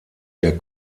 der